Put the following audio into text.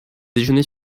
déjeuner